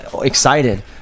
excited